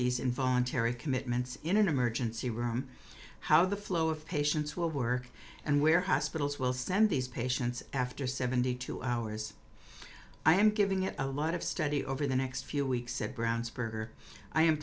these involuntary commitments in an emergency room how the flow of patients will work and where hospitals will send these patients after seventy two hours i am giving it a lot of study over the next few weeks said brownsburg or i am